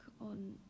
on